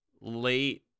late